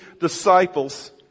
disciples